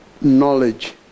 knowledge